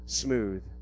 smooth